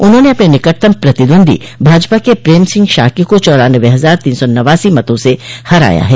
उन्होंने अपने निकटतम प्रतिद्वंदी भाजपा के प्रेम सिंह शाक्य को चौरानवे हजार तीन सौ नवासी मतों से हराया है